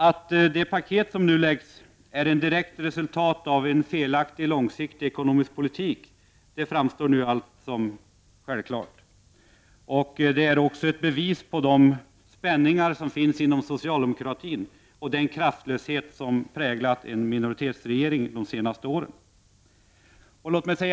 Att detta paket är ett direkt resultat av en felaktig långsiktig ekonomisk politik framstår nu som självklart. Det är också ett bevis på de spänningar som finns inom socialdemokratin och den kraftlöshet som präglat en minoritetsregering under de senaste åren.